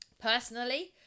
Personally